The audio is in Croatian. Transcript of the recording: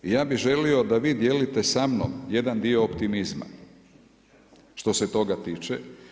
I ja bih želio da vi dijelite samnom jedan dio optimizma, što se toga tiče.